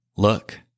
Look